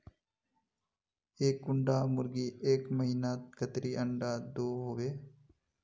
एक कुंडा मुर्गी एक महीनात कतेरी अंडा दो होबे?